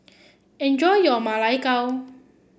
enjoy your Ma Lai Gao